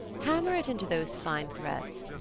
hammer it into those fine threads,